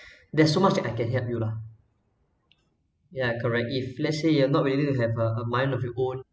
there's so much I can help you lah ya correct if let say you are not willing to have a mind of your own